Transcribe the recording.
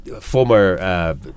former